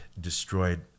destroyed